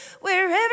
wherever